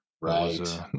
right